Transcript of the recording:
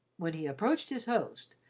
when he approached his host,